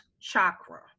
chakra